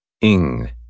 ing